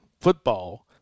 football